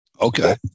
Okay